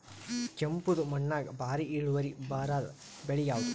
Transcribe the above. ಕೆಂಪುದ ಮಣ್ಣಾಗ ಭಾರಿ ಇಳುವರಿ ಬರಾದ ಬೆಳಿ ಯಾವುದು?